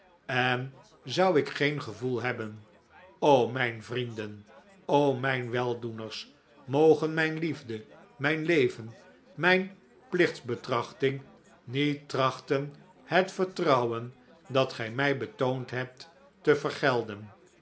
en zou ik geen gevoel hebben o mijn vrienden o mijn weldoeners mogen mijn liefde mijn leven mijn plichtsbetrachting niet trachten het vertrouwen dat gij mij betoond hebt te vergelden